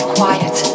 quiet